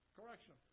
Correction